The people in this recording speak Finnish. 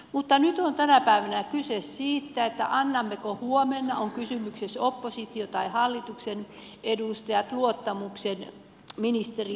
mutta nyt on tänä päivänä kyse siitä annammeko huomenna on kysymyksessä oppositio tai hallituksen edustajat luottamuksen ministeri wallinille